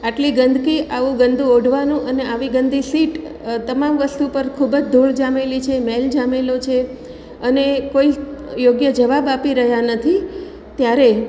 આટલી ગંદકી આવુ ગંદુ ઓઢવાનું અને આવી ગંદી સીટ તમામ વસ્તુ પર ખૂબ જ ધૂળ જામેલી છે મેલ જામેલો છે અને કોઈ યોગ્ય જવાબ આપી રહ્યા નથી ત્યારે